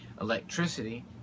Electricity